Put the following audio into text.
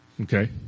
okay